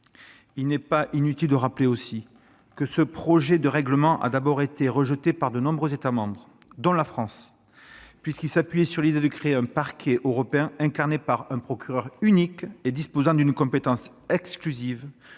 Il n'est pas inutile de rappeler aussi que ce projet de règlement a d'abord été rejeté par de nombreux États membres, dont la France, puisqu'il s'appuyait sur l'idée de créer un Parquet européen incarné par un procureur unique et disposant d'une compétence exclusive